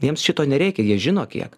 jiems šito nereikia jie žino kiek